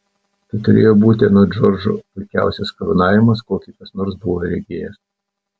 tai turėjo būti anot džordžo puikiausias karūnavimas kokį kas nors buvo regėjęs